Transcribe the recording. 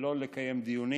ולא לקיים דיונים.